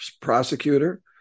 prosecutor